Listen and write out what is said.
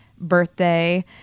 birthday